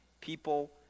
people